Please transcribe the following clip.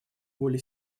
воли